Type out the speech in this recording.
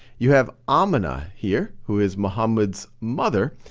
you have aminah here who is muhammad's mother,